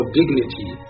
dignity